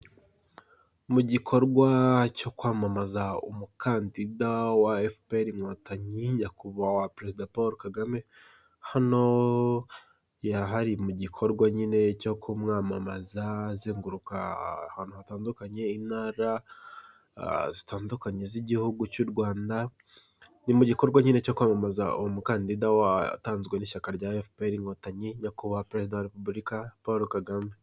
Mugikorwa cyokwamamaza umukadida wa FPR INKOTANYI, Nyakubahwa Peresida wa Repuburika Paul KAGAME. Hano hari mugikorwa nyine cyokumwamaza azeguruka ahantu handukanye, intara zitandukanye zigihugu cyu Rwanda, nigikorwa nyine cyokwamamaza umukadida watanze nishyaka FPR INKOTANYI, Nyakubahwa Peresida wa Repuburika Paul KAGAME.